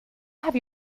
have